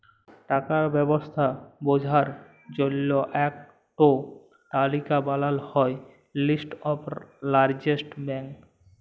টাকার ব্যবস্থা বঝার জল্য ইক টো তালিকা বানাল হ্যয় লিস্ট অফ লার্জেস্ট ব্যাঙ্ক